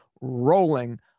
rolling